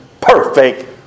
Perfect